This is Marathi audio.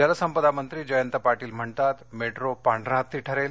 जलसंपदामंत्री जयंत पाटील म्हणतात मेट्रो पांढरा हत्ती ठरेल